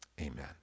Amen